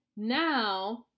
Now